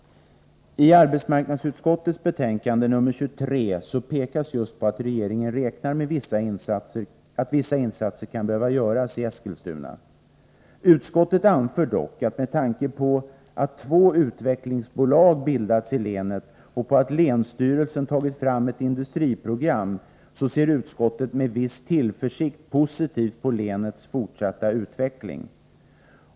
I arbetsmarknadsutskottets betänkande nr 23 pekas just på att regeringen räknar med att vissa insatser kan behöva göras i Eskilstuna. Utskottet anför dock att utskottet, med tanke på att två utvecklingsbolag bildats i länet och på att länsstyrelsen tagit fram ett industriprogram, med viss tillförsikt ser positivt på länets fortsatta utveckling.